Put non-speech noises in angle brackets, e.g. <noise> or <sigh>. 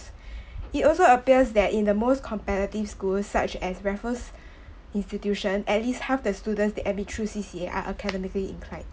<breath> it also appears that in the most competitive schools such as raffles <breath> institution at least half the student that admit through C_C_A are academically incline